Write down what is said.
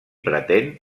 pretén